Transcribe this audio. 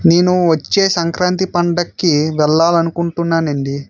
నేను వచ్చే సంక్రాంతి పండుగకి వెళ్ళాలని అనుకుంటున్నాను అండి